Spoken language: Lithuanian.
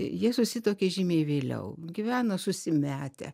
jie susituokė žymiai vėliau gyveno susimetę